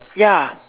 ya